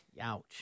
Ouch